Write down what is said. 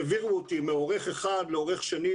העבירו אותי מעורך אחד לעורך שני,